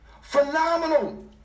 phenomenal